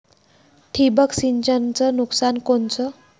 ठिबक सिंचनचं नुकसान कोनचं?